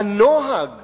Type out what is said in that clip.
הנוהג